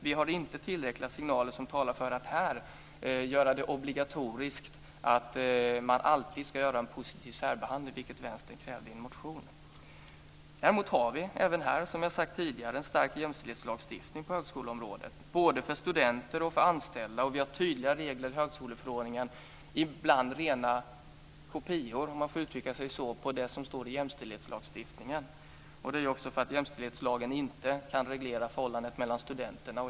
Vi har inte tillräckliga signaler som talar för att här göra det obligatoriskt att göra en positiv särbehandling, vilket Vänsterpartiet krävde i en motion. Däremot har vi även här, som jag har sagt tidigare, en stark jämställdhetslagstiftning på högskoleområdet, både för studenter och för anställda. Vi har tydliga regler i högskoleförordningen, ibland rena kopior - om man får uttrycka sig så - på det som står i jämställdhetslagstiftningen. Det är också för att jämställdhetslagen inte kan reglera förhållandet mellan studenterna.